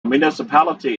municipality